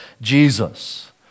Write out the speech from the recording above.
Jesus